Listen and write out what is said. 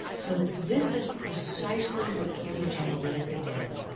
so this is precisely what cambridge analytica did,